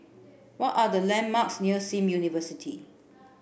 what are the landmarks near Sim University